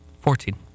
Fourteen